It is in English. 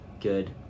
Good